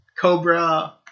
Cobra